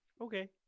Okay